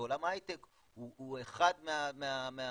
ועולם ההייטק הוא אחד מהפרמטרים